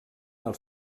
els